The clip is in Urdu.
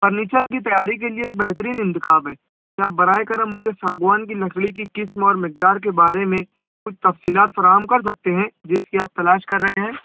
فرنیچر کی تیاری کے لیے بہترین انتخاب ہے آپ برائے کرم مجھے ساگوان کی لکڑی قسم اور مقدار کے بارے میں کچھ تفصیلات فراہم کر سکتے ہیں جس کی آپ تلاش کر رہے ہیں